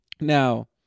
Now